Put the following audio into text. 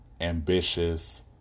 ambitious